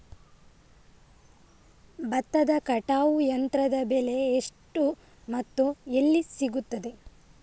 ಭತ್ತದ ಕಟಾವು ಯಂತ್ರದ ಬೆಲೆ ಎಷ್ಟು ಮತ್ತು ಎಲ್ಲಿ ಸಿಗುತ್ತದೆ?